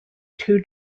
two